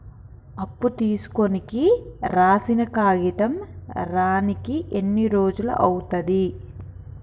అప్పు తీసుకోనికి రాసిన కాగితం రానీకి ఎన్ని రోజులు అవుతది?